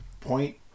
Point